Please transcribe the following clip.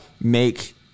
make